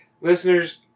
Listeners